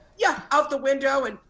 yeah, out the window and,